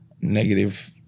negative